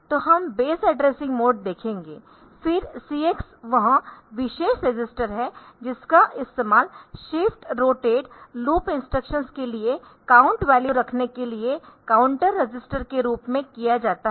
तो हम base addressing mode देखेंगे फिर CX वह विशेष रजिस्टर है जिसका इस्तेमाल शिफ्ट रोटेट लूप इंस्ट्रक्शंस के लिए काउंट वैल्यू रखने के लिए काउंट रजिस्टर के रूप में किया जाता है